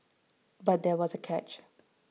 but there was a catch